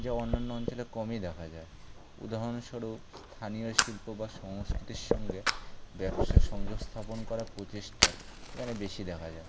যা অন্যান্য অঞ্চলে কমই দেখা যায় উদাহরণস্বরূপ স্থানীয় শিল্প বা সংস্কৃতির সঙ্গে ব্যবসা সংযোগ স্থাপন করার প্রচেষ্টা এখানে বেশি দেখা যায়